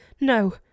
No